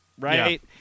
Right